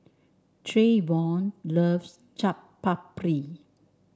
Trayvon loves Chaat Papri